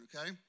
okay